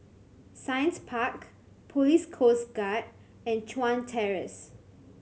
Science Park Police Coast Guard and Chuan Terrace